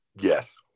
Yes